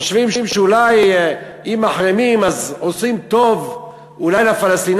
חושבים שאולי אם מחרימים אז עושים טוב לפלסטינים,